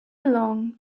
along